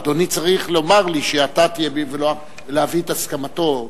אדוני צריך לומר לי שאתה תהיה במקומו ולהביא את הסכמתו.